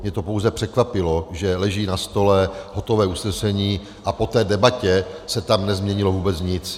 Mě pouze překvapilo, že leží na stole hotové usnesení a po té debatě se tam nezměnilo vůbec nic.